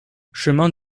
chemin